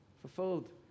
Fulfilled